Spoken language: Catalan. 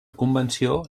convenció